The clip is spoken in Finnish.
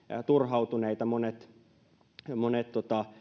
turhautuneita monet